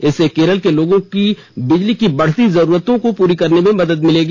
इससे केरल के लोगों की बिजली की बढ़ती जरूरतें पूरी करने में मदद मिलेगी